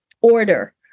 order